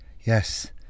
Yes